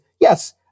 yes